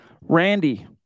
Randy